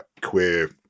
queer